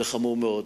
זה חמור מאוד.